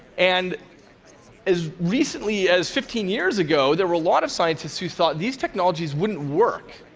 and as recently as fifteen years ago, there were a lot of scientists who thought these technologies wouldn't work.